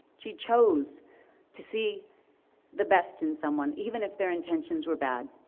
she chose to see the best in someone even if their intentions were bad.